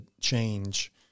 change